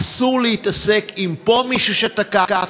אסור להתעסק עם מישהו שתקף פה,